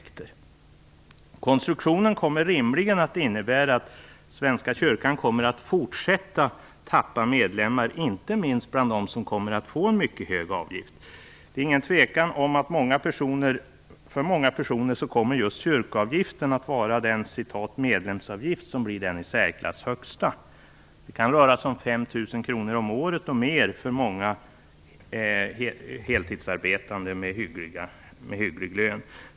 Konstruktionen kommer rimligen att innebära att Svenska kyrkan fortsätter att tappa medlemmar, inte minst bland dem som får en mycket hög avgift. Det råder inget tvivel om att för många personer kommer just kyrkoavgiften att vara den medlemsavgift som blir den i särklass högsta. Det kan röra sig om 5 000 kr om året och mera för många heltidsarbetande med hyggliga inkomster.